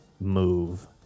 move